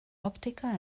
òptica